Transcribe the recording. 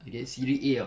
okay serie A